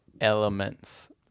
elements